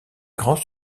grands